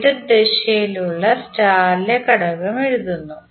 എതിർദിശയിൽ ഉള്ള സ്റ്റാർ ലെ ഘടകം എഴുതുന്നു